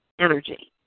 energy